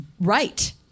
right